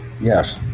Yes